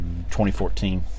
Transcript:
2014